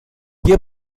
hier